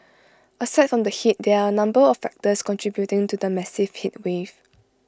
aside from the heat there are A number of factors contributing to the massive heatwave